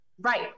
Right